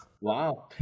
wow